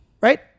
right